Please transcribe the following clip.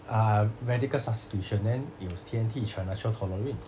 uh radical substitution then it was T_N_T trinitrotoluene